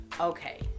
okay